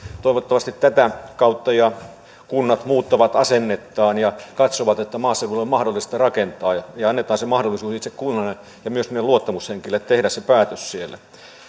toivottavasti tätä kautta kunnat muuttavat asennettaan ja katsovat että maaseudulle on mahdollista rakentaa kun annetaan se mahdollisuus itse kunnalle ja myös niille luottamushenkilöille tehdä se päätös siellä